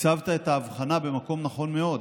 הצבת את ההבחנה במקום נכון מאוד.